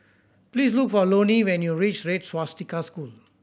please look for Loni when you reach Red Swastika School